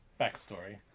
backstory